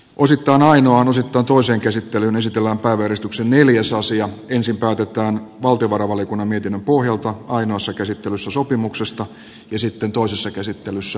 uusikaan ainoana sitoutuu sen käsittelyyn esitellään rangaistuksen neljäsosia ensin päätetään valtiovarainvaliokunnan mietinnön pohjalta ainoassa käsittelyssä sopimuksesta ja sitten toisessa käsittelyssä